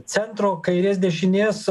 centro kairės dešinės